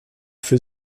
für